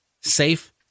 safe